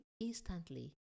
instantly